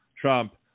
Trump